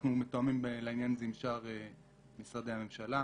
אנחנו מתואמים בעניין הזה עם שאר משרדי הממשלה.